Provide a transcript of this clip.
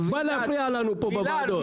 בא להפריע לנו פה בוועדות.